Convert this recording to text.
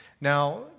Now